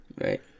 Right